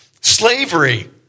Slavery